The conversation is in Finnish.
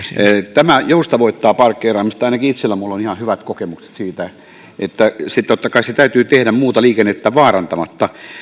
tämä joustavoittaa parkkeeraamista ainakin minulla itselläni on ihan hyvät kokemukset siitä totta kai se täytyy tehdä muuta liikennettä vaarantamatta